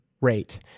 rate